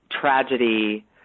tragedy